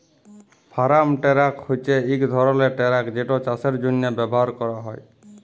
farm truck হছে ইক ধরলের টেরাক যেট চাষের জ্যনহে ব্যাভার ক্যরা হয়